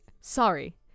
sorry